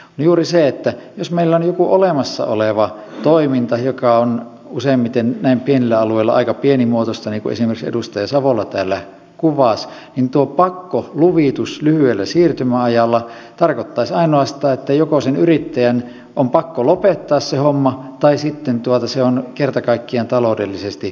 juuri siksi että jos meillä on joku olemassa oleva toiminta joka on useimmiten näin pienillä alueilla aika pienimuotoista niin kuin esimerkiksi edustaja savola täällä kuvasi niin tuo pakkoluvitus lyhyellä siirtymäajalla tarkoittaisi ainoastaan että joko sen yrittäjän on pakko lopettaa se homma tai sitten se on kerta kaikkiaan taloudellisesti kannattamatonta